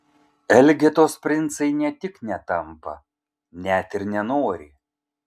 elgetos princai ne tik netampa net ir nenori